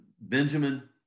Benjamin